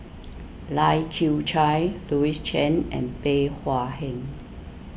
Lai Kew Chai Louis Chen and Bey Hua Heng